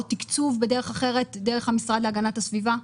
או תקצוב בדרך אחרת דרך המשרד להגנת הסביבה?